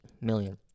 million